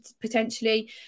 potentially